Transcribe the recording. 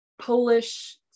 polish